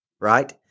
Right